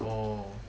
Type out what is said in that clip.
oh